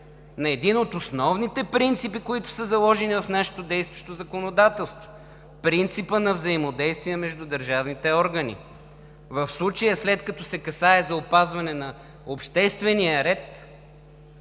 на един от основните принципи, които са заложени в нашето действащо законодателство – принципа на взаимодействие между държавните органи. В случая, след като се касае за опазването на обществения ред,